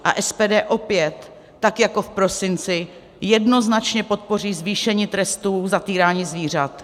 A SPD opět, tak jako v prosinci, jednoznačně podpoří zvýšení trestů za týrání zvířat.